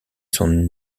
son